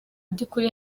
by’ukuri